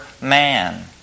man